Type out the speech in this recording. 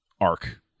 arc